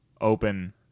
open